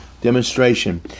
demonstration